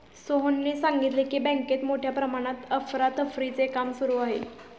सोहनने सांगितले की, बँकेत मोठ्या प्रमाणात अफरातफरीचे काम सुरू आहे